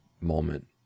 moment